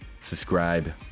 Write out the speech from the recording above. subscribe